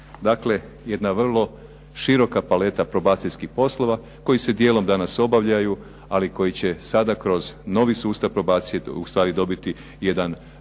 Dakle, jedna vrlo široka paleta probacijskih poslova koji se dijelom danas obavljaju, ali koji će danas kroz sustav probacije dobiti jedan